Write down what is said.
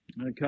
Okay